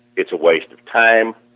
it's a waste of time.